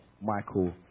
Michael